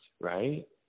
right